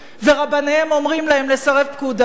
ורבניהם שאומרים להם לסרב פקודה,